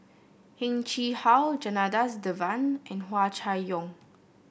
Heng Chee How Janadas Devan and Hua Chai Yong